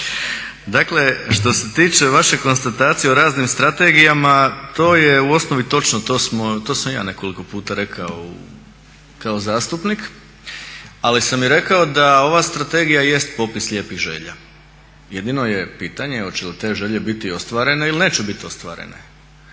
što se tiče vaše konstatacije o raznim strategijama to je u osnovi točno, to sam i ja nekoliko puta rekao kao zastupnik, ali sam i rekao da ova strategija jest popis lijepih želja jedino je pitanje oče li te želje biti ostvarene ili neće biti ostvarene.